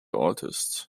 artists